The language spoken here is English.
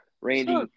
Randy